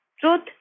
Truth